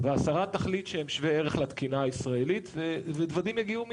והשרה תחליט שהם שווי ערך לתקינה הישראלית ודודים יגיעו מטורקיה.